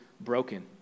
broken